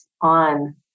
on